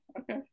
okay